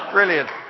Brilliant